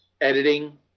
editing